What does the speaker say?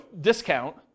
discount